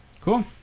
cool